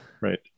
Right